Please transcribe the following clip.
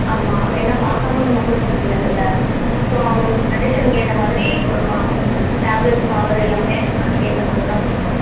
ஆமாம் ஏன்னா பார்க்காம நம்ம கொடுக்க முடியாதில்ல ஸோ அவங்களுக்கு கண்டிஷன்க்கு ஏற்ற மாதிரி கொடுக்கணும் டேப்லெட்ஸ் பவரு எல்லாமே அதுக்கு ஏற்ற மாதிரி தான் கொடுக்கணும்